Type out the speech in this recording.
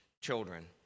children